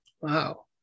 Wow